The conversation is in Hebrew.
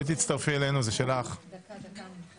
תודה רבה לכם.